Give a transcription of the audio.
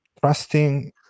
trusting